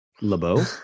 Lebeau